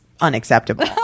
unacceptable